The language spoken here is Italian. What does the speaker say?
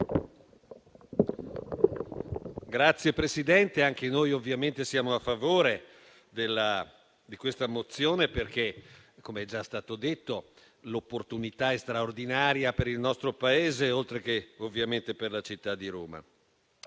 Signor Presidente, anche noi ovviamente siamo a favore di questa mozione, perché - come è già stato detto - è un'opportunità straordinaria per il nostro Paese, oltre che ovviamente per la città di Roma.